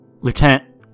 Lieutenant